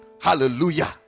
Hallelujah